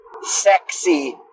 Sexy